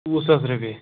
وُہ ساس رۄپیہِ